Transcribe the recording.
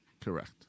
Correct